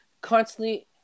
constantly